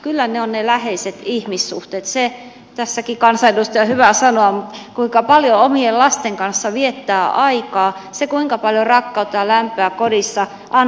kyllä ne ovat ne läheiset ihmissuhteet se on tässä kansanedustajankin hyvä sanoa se kuinka paljon omien lasten kanssa viettää aikaa se kuinka paljon rakkautta ja lämpöä kodissa annetaan